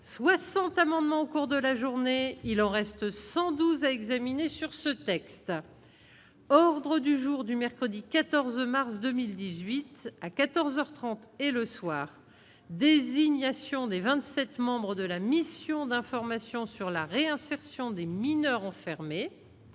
60 amendements au cours de la journée, il en reste 112 examiné sur ce texte, ordre du jour du mercredi 14 mars 2018 à 14 heures 30 et le soir, désignation des 27 membres de la mission d'information sur la réinsertion des mineurs ont fermé